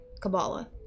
Kabbalah